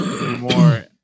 more